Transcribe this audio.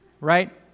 right